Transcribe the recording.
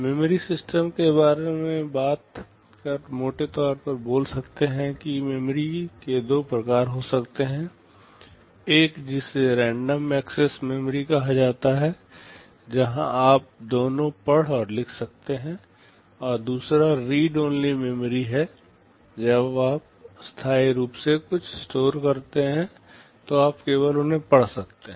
memory system के बारे में बात कर मोटे तौर पर बोल सकते हैं की मैमोरी के दो प्रकार हो सकता है एक जिसे रैंडम एक्सेस मेमोरी कहा जाता है जहां आप दोनों पढ़ और लिख सकते हैं और दूसरा रीड ओनली मेमोरी है जब आप स्थायी रूप से कुछ स्टोर करते हैं तो आप केवल उनसे पढ़ सकते हैं